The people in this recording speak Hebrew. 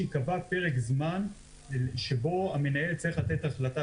שייקבע פרק זמן שבו המנהל יצטרך לתת החלטה.